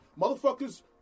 motherfuckers